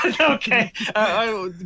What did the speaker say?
Okay